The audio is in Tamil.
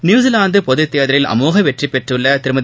நியூசிலாந்து பொதுத் தேர்தலில் அமோக வெற்றி பெற்றுள்ள திருமதி